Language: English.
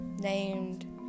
named